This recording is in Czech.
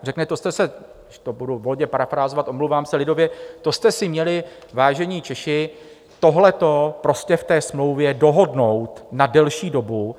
Řekne: To jste si budu volně parafrázovat, omlouvám se, lidově to jste si měli, vážení Češi, tohleto prostě v té smlouvě dohodnout na delší dobu.